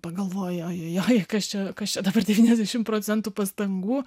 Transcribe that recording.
pagalvoji oi oi oi kas čia kas dabar devyniasdešimt procentų pastangų